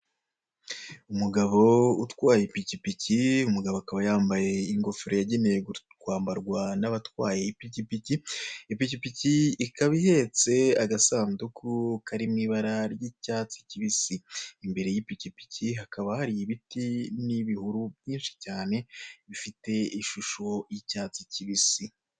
Umugabo utwaye ipikipiki umugabo akaba yambaye ingofero yagenewe kwambarwa n'abatwaye ipikipiki, ipikipiki ikaba ihetse agasanduku kari mu ibara ry'icyatsi kibisi, imbere y'ipikipiki hakaba hari ibiti n'ibihuru byinshi cyane bifite ishusho y'icyatsi kibisi.